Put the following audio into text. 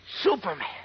Superman